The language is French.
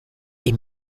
est